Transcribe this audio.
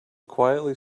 quietly